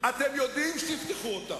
האמן לי, לא שהיית מצטרף אלי,